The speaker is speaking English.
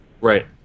Right